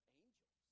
angels